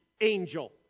angel